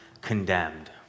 condemned